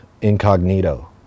incognito